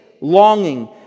longing